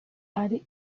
ari